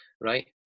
right